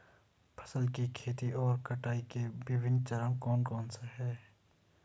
फसल की खेती और कटाई के विभिन्न चरण कौन कौनसे हैं?